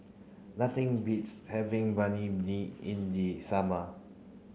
nothing beats having Banh Mi in the summer